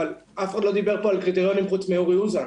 אבל אף אחד לא דיבר פה על קריטריונים חוץ מאורי אוזן.